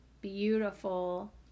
beautiful